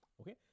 okay